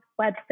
website